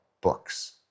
books